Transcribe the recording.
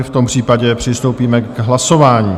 V tom případě přistoupíme k hlasování.